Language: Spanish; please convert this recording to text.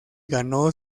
ganó